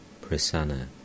Prasanna